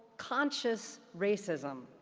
conscious racism,